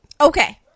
Okay